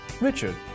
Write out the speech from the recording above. Richard